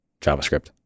JavaScript